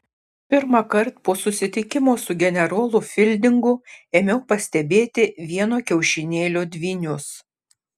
pirmąkart po susitikimo su generolu fildingu ėmiau pastebėti vieno kiaušinėlio dvynius